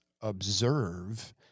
observe